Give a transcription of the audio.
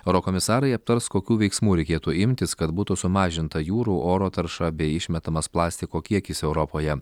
eurokomisarai aptars kokių veiksmų reikėtų imtis kad būtų sumažinta jūrų oro tarša bei išmetamas plastiko kiekis europoje